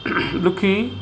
ॾुखी